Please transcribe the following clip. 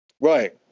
Right